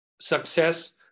success